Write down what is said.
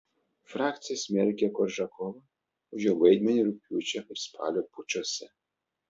frakcija smerkia koržakovą už jo vaidmenį rugpjūčio ir spalio pučuose